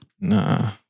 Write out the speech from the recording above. Nah